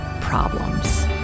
problems